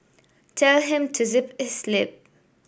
tell him to zip his lip